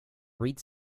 read